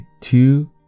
two